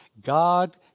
God